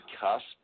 cusp